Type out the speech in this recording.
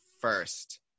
first